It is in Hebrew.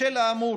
בשל האמור,